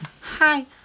Hi